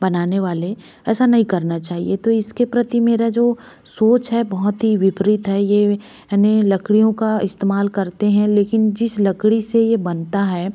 बनाने वाले ऐसा नहीं करना चाहिए तो इसके प्रति मेरा जो सोच है बहुत ही विपरीत है यह है ने लकड़ियों का इस्तेमाल करते हैं लेकिन जिस लकड़ी से यह बनता है